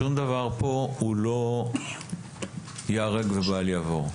שום דבר פה הוא לא ייהרג ובל יעבור,